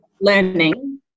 learning